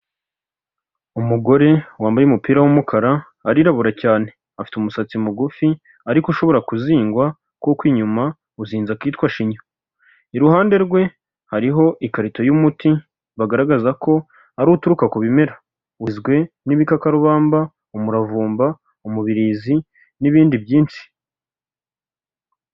Umugore wambaye umupira w'umukara arirabura cyane afite umusatsi mugufi ariko ushobora kuzingwa kuko inyuma uzinze akitwa shinya iruhande rwe hariho ikarito n'umuti bagaragaza ko ari uturuka ku bimera uzw' ibikakarubamba umuravumba umubirizi n'ibindi byinshi.